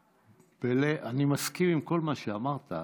אני מסכים לכל מה שאמרת,